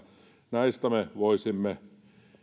näistä me voisimme